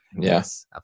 yes